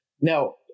Now